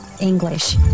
English